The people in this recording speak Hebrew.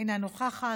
אינה נוכחת,